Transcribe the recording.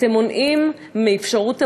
אתם מונעים את אפשרות הבחירה.